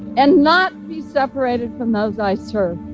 and not be separated from those i serve.